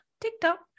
TikTok